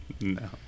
no